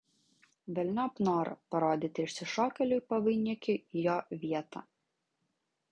velniop norą parodyti išsišokėliui pavainikiui jo vietą